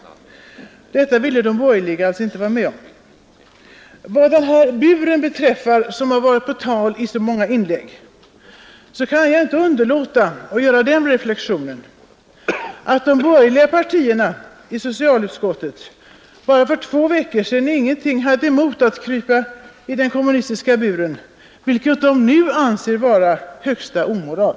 Detta ville de borgerliga alltså inte vara med om. Vad den här buren beträffar, som har varit på tal i så många inlägg, kan jag inte underlåta att göra den reflexionen att de borgerliga partierna i socialutskottet bara för två veckor sedan ingenting hade emot att krypa in i den kommunistiska buren, vilket de nu anser vara högsta omoral.